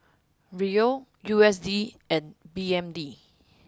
Riel U S D and B N D